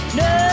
no